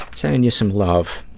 so and you some love.